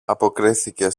αποκρίθηκε